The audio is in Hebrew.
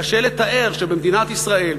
קשה לתאר שבמדינת ישראל,